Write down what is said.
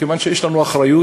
כיוון שיש לנו אחריות,